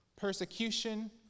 persecution